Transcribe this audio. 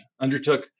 undertook